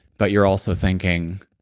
but you're also thinking